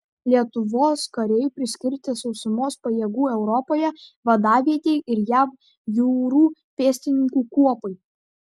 lietuvos kariai priskirti sausumos pajėgų europoje vadavietei ir jav jūrų pėstininkų kuopai